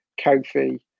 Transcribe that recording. Kofi